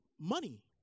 money